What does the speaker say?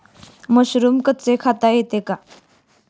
Mushroom कच्चे खाता येते का?